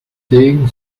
segen